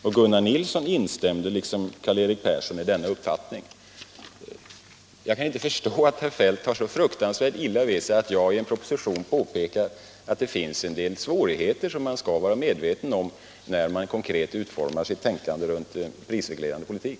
Och Gunnar Nilsson i LO instämde i denna uppfattning liksom Karl-Erik Persson i KF. Jag kan inte förstå att herr Feldt tar så fruktansvärt illa vid sig att jag i en proposition påpekar att det finns en del svårigheter som man skall vara medveten om när man konkret utformar sitt tänkande runt en prisreglerande politik.